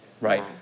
right